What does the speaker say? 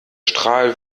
strahl